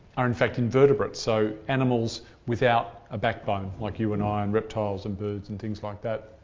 are in fact invertebrates, so animals without a backbone like you and i, and reptiles and birds and things like that.